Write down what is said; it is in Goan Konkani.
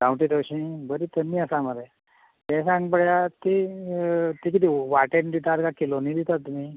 गांवठी तवशीं बरी तन्नी आसा मरे यें सांग पळया ती ती कितें ती वाट्यान दितात काय किलोंनी दितात तुमी